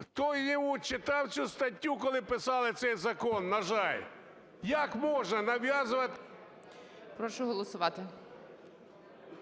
Хто її читав цю статтю, коли писали цей закон, на жаль? Як можна нав'язувати… ГОЛОВУЮЧИЙ. Прошу голосувати.